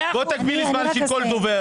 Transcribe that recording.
תגביל זמן לכל דובר.